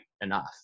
enough